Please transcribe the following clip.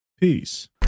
Peace